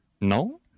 No